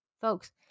Folks